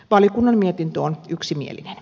valiokunnan mietintö on yksimielinen